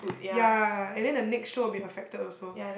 ya and then the next show will be affected also